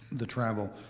the travel.